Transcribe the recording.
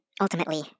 ultimately